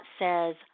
says